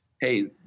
hey